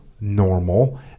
normal